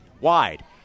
wide